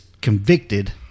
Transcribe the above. convicted